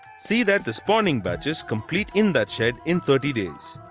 see that the spawning batches complete in that shed in thirty days.